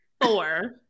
Four